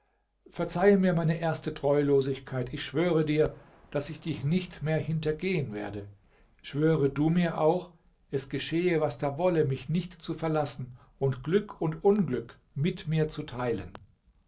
verzeihe mir meine erste treulosigkeit ich schwöre dir daß ich dich nicht mehr hintergehen werde schwöre du mir auch es geschehe was da wolle mich nicht zu verlassen und glück und unglück mit mir zu teilen